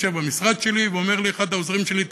ואחד העוזרים שלי אומר לי: תשמע,